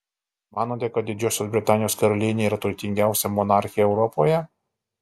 manote kad didžiosios britanijos karalienė yra turtingiausia monarchė europoje